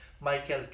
Michael